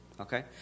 okay